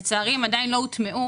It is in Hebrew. לצערי הם עדיין לא הוטמעו